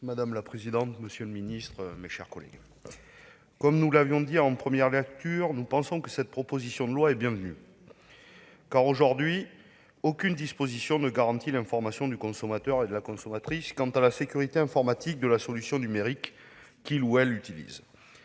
Madame la présidente, monsieur le secrétaire d'État, mes chers collègues, comme nous l'avions dit en première lecture, cette proposition de loi est bienvenue, car aujourd'hui aucune disposition ne garantit l'information du consommateur et de la consommatrice quant à la sécurité informatique de la solution numérique qu'il ou elle utilise.